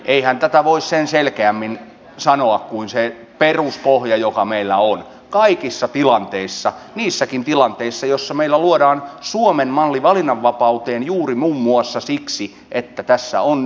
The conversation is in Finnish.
eihän tätä voi sen selkeämmin sanoa kuin että on se peruspohja joka meillä on kaikissa tilanteissa niissäkin tilanteissa joissa meillä luodaan suomen malli valinnanvapauteen juuri muun muassa siksi että tässä on nyt sote